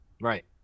Right